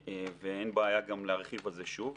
ואין בעיה גם להרחיב על זה שוב,